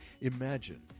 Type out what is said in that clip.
Imagine